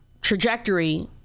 trajectory